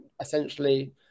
essentially